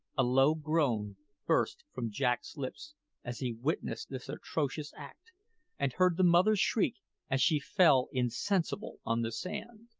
a low groan burst from jack's lips as he witnessed this atrocious act and heard the mother's shriek as she fell insensible on the sand.